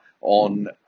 on